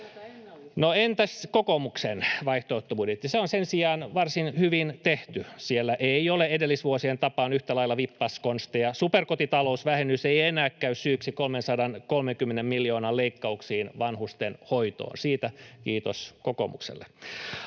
entäs kokoomuksen vaihtoehtobudjetti, se on sen sijaan varsin hyvin tehty. Siellä ei ole edellisvuosien tapaan yhtä lailla vippaskonsteja. Superkotitalousvähennys ei enää käy syyksi 330 miljoonan leikkauksiin vanhusten hoitoon — siitä kiitos kokoomukselle.